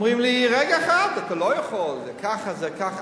אומרים לי, רגע אחד, אתה לא יכול, זה ככה, זה ככה.